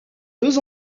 deux